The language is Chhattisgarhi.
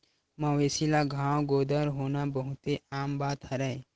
मवेशी ल घांव गोदर होना बहुते आम बात हरय